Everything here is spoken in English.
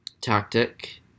tactic